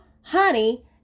honey